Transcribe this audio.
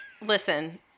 listen